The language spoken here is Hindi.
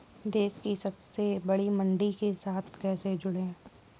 देश की सबसे बड़ी मंडी के साथ कैसे जुड़ें?